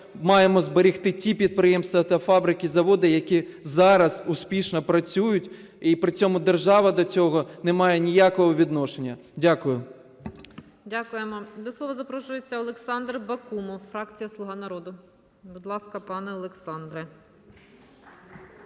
маємо зберегти ті підприємства та фабрики, заводи, які зараз успішно працюють, і при цьому держава до цього не має ніякого відношення. ГОЛОВУЮЧА. Дякуємо. До слова запрошується Олександр Бакумов, фракція "Слуга народу". Будь ласка, пане Олександре.